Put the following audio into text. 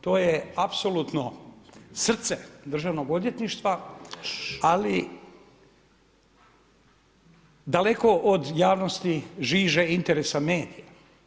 To je apsolutno srce Državnog odvjetništva, ali daleko od javnosti, žiže interesa medija.